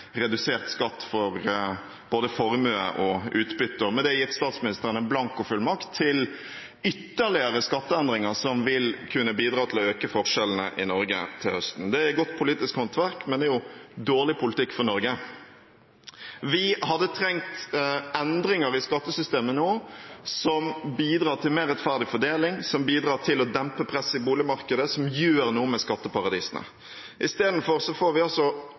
blankofullmakt til ytterligere skatteendringer som vil kunne bidra til å øke forskjellene i Norge, til høsten. Det er godt politisk håndverk, men det er dårlig politikk for Norge. Vi hadde nå trengt endringer i skattesystemet som bidrar til mer rettferdig fordeling, som bidrar til å dempe presset i boligmarkedet, som gjør noe med skatteparadisene. I stedet får vi